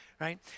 right